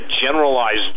generalized